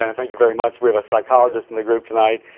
and thank you very much. we have a psychologist in the group tonight.